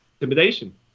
intimidation